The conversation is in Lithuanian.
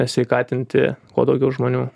sveikatinti kuo daugiau žmonių